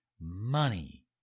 money